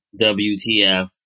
WTF